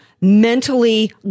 mentally